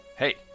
Hey